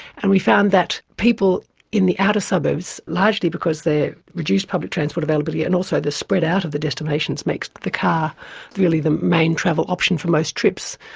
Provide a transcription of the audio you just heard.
and we found that people in the outer suburbs, largely because they have reduced public transport availability and also the spread out of the destinations makes the car really the main travel option for most trips.